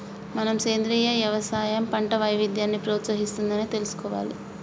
మనం సెంద్రీయ యవసాయం పంట వైవిధ్యాన్ని ప్రోత్సహిస్తుంది అని తెలుసుకోవాలి